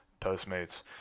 Postmates